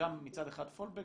גם מצד אחד פולבק,